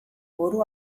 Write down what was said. buru